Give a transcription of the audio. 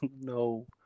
no